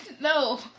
No